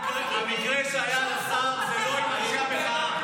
המקרה שהיה לשר הוא לא עם אנשי המחאה,